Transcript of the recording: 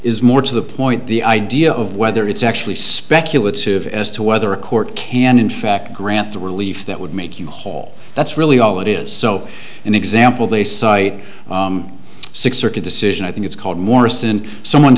is more to the point the idea of whether it's actually speculative as to whether a court can in fact grant the relief that would make you whole that's really all it is so an example site six circuit decision i think it's called morrison someone